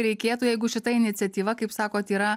reikėtų jeigu šita iniciatyva kaip sakot yra